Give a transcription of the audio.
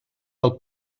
del